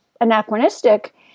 anachronistic